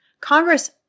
Congress